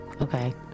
Okay